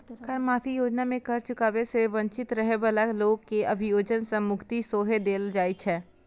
कर माफी योजना मे कर चुकाबै सं वंचित रहै बला लोक कें अभियोजन सं मुक्ति सेहो देल जाइ छै